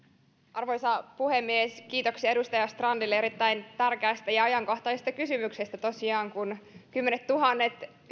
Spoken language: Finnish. arvoisa puhemies kiitoksia edustaja strandille erittäin tärkeästä ja ajankohtaisesta kysymyksestä tosiaan se että kymmenettuhannet